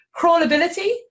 Crawlability